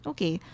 Okay